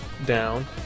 down